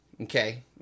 Okay